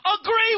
agree